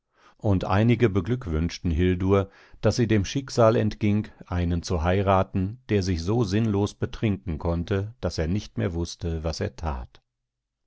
und einige beglückwünschten hildur daß sie dem schicksal entging einen zu heiraten der sich so sinnlos betrinken konnte daß er nicht mehr wußte was er tat